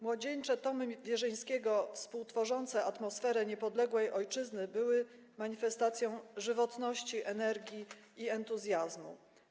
Młodzieńcze tomy Wierzyńskiego współtworzące atmosferę niepodległej ojczyzny były manifestacją żywotności, energii i entuzjazmu.